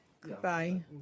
Goodbye